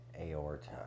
aorta